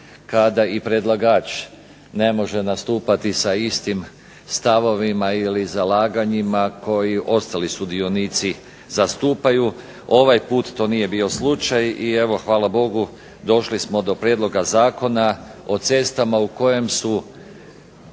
kada i predlagač ne može nastupati sa istim stavovima ili zalaganjima koji i ostali sudionici. Ovaj put to nije bio slučaj i evo hvala Bogu došli smo do prijedloga Zakona o cestama u kojem su